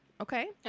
Okay